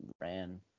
ran